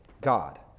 God